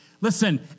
Listen